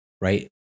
right